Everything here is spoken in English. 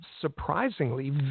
surprisingly